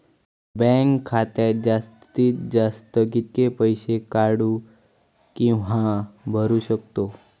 Bank खात्यात जास्तीत जास्त कितके पैसे काढू किव्हा भरू शकतो?